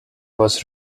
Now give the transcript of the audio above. was